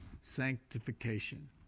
sanctification